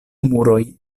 muroj